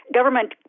government